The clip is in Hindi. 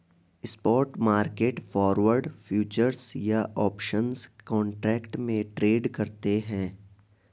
स्पॉट मार्केट फॉरवर्ड, फ्यूचर्स या ऑप्शंस कॉन्ट्रैक्ट में ट्रेड करते हैं